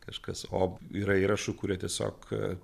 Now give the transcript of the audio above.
kažkas o yra įrašų kurie tiesiog